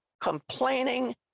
complaining